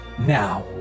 now